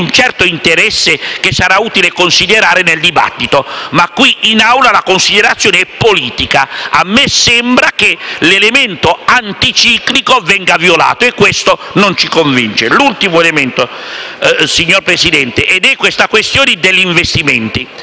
interesse che sarà utile considerare nel dibattito, ma qui in Aula la considerazione è politica. A me sembra che l'elemento anticiclico venga violato e questo non ci convince. Signor Presidente, l'ultimo elemento riguarda la questione degli investimenti.